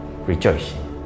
rejoicing